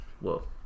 whoa